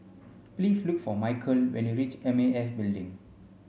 please look for Mykel when you reach M A S Building